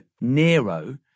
Nero